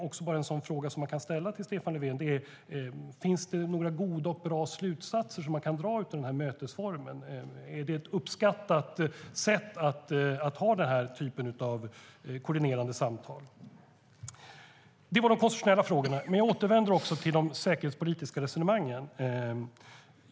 En fråga som man kan ställa till Stefan Löfven är då om det finns några goda och bra slutsatser som man kan dra av denna mötesform. Är det ett uppskattat sätt att ha den här typen av koordinerande samtal? Det var de konstitutionella frågorna. Jag återvänder till de säkerhetspolitiska resonemangen.